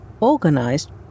organised